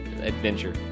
adventure